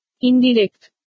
Indirect